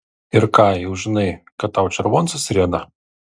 ir ką jau žinai kad tau červoncas rieda